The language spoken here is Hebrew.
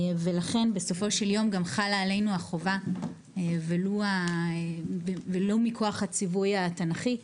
ולכן בסופו של יום גם חלה עלינו החובה ולא מכוח הציווי התנ"כי,